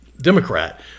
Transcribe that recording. Democrat